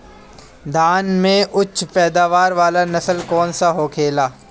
धान में उच्च पैदावार वाला नस्ल कौन सा होखेला?